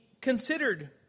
considered